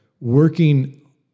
working